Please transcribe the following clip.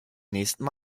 nächsten